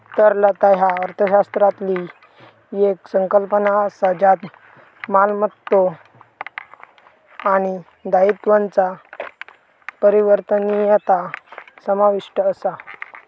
तरलता ह्या अर्थशास्त्रातली येक संकल्पना असा ज्यात मालमत्तो आणि दायित्वांचा परिवर्तनीयता समाविष्ट असा